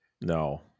No